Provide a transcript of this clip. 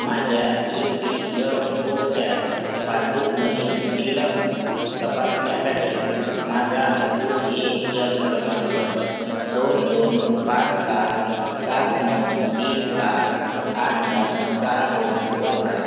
माझ्या E P F ओच्या पासबुकमधील शिल्लक तपासण्यासाठी माझा यू ए यन क्रमांक दोन दोन पाच सहा सात नऊ तीन सहा आठ नऊ सहा दोन वापरा